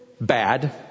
Bad